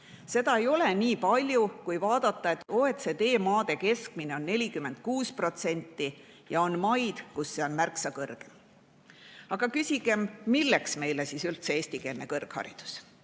Seda ei ole palju, kui vaadata, et OECD maade keskmine on 46% ja on maid, kus see on märksa kõrgem. Aga küsigem, milleks meile üldse eestikeelne kõrgharidus.